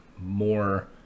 more